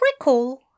recall